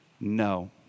no